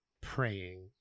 praying